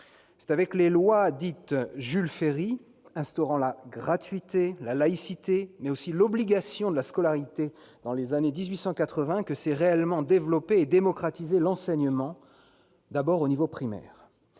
C'est avec les lois dites « Jules Ferry » instaurant la gratuité, la laïcité, mais aussi l'obligation de la scolarité, dans les années 1880, que s'est réellement développé et démocratisé l'enseignement, d'abord au niveau primaire.